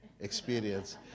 experience